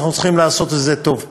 אנחנו צריכים לעשות את זה טוב ולהשקיע.